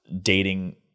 dating